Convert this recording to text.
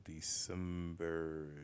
December